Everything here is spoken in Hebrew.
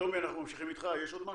שלומי, אנחנו ממשיכים איתך, יש עוד משהו?